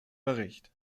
bericht